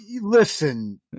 listen